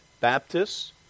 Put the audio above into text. Baptists